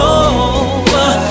over